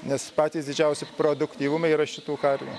nes patys didžiausi produktyvumai yra šitų karvių